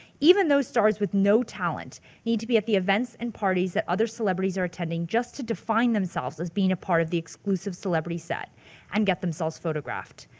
even those stars with no talent need to be at the events and parties that other celebrities are attending just to define themselves as being a part of the exclusive celebrity set and get themselves photographed.